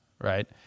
right